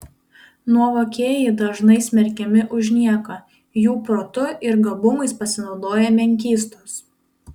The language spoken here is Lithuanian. nuovokieji dažnai smerkiami už nieką jų protu ir gabumais pasinaudoja menkystos